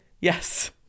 yes